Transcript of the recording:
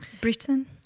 Britain